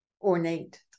ornate